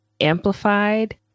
amplified